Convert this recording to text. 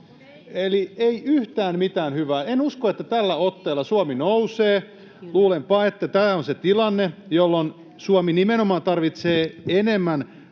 eli ei yhtään mitään hyvää. En usko, että tällä otteella Suomi nousee. Luulenpa, että tämä on se tilanne, jolloin Suomi nimenomaan tarvitsee enemmän